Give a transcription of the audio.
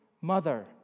mother